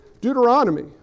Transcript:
Deuteronomy